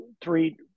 three